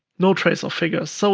no trace of figures. so